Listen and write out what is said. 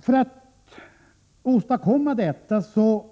För att åstadkomma detta har